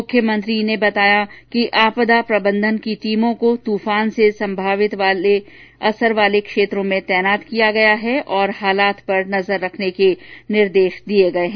मुख्यमंत्री ने बताया कि आपदा प्रबंधन की टीमों को तूफान से संभावित असर वाले क्षेत्रों में तैनात किया गया है और हालात पर नजर रखने के निर्देश दिये हैं